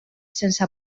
sense